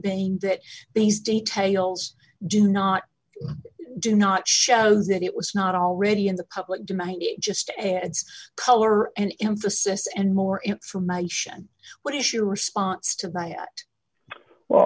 being that these details do not do not show that it was not already in the public domain just color and emphasis and more information what is your response to my ear well